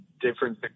different